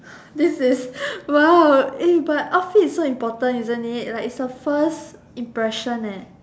this is !wow! eh but outfit is so important isn't it like it's the first impression eh